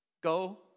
Go